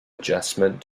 adjustment